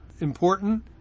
important